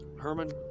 Herman